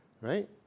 right